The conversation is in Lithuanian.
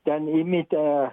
ten įmitę